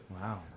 Wow